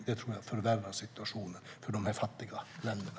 Det tror jag förvärrar situationen för de fattiga länderna.